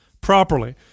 properly